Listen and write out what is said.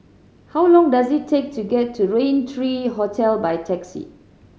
how long does it take to get to Rain Tree Hotel by taxi